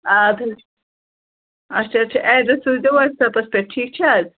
اَدٕ حظ اچھا اچھا ایٚڈرس سوٗزِیو واٹٕس اپس پیٚٹھ ٹھیٖک چھِ حظ